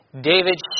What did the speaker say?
David